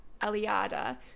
eliada